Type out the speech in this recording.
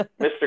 Mr